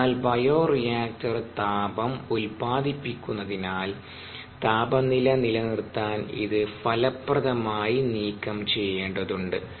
അതിനാൽ ബയോറിയാക്ടർ താപം ഉത്പാദിപ്പിക്കുന്നതിനാൽ താപനില നിലനിർത്താൻ ഇത് ഫലപ്രദമായി നീക്കം ചെയ്യേണ്ടതുണ്ട്